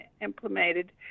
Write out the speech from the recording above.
implemented